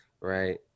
Right